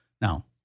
Now